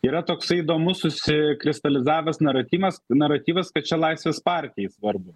yra toksai įdomus susikristalizavęs naratyvas naratyvas kad čia laisvės partijai svarbu